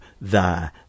thy